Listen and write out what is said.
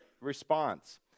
response